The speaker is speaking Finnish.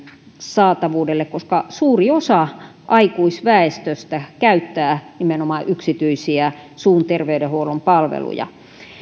saatavuudelle koska suuri osa aikuisväestöstä käyttää nimenomaan yksityisiä suun terveydenhuollon palveluja